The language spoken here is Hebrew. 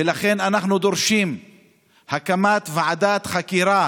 ולכן אנחנו דורשים הקמת ועדת חקירה